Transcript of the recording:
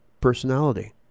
personality